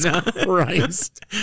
Christ